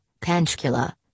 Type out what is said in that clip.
Panchkula